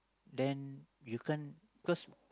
then you can't because